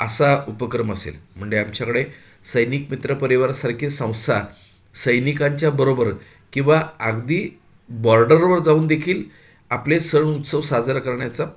असा उपक्रम असेल म्हणजे आमच्याकडे सैनिक मित्र परिवारासारखे संस्था सैनिकांच्या बरोबर किंवा अगदी बॉर्डरवर जाऊन देखील आपले सण उत्सव साजरा करण्याचा